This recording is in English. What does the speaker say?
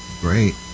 great